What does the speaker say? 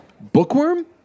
Bookworm